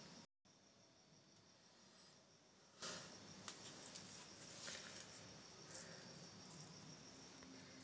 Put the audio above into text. bank के निर्दिष्ट phone number पर ब्लॉक कार्ड के एस.एम.एस भेज के कार्ड ब्लॉक कराएल जा सकैए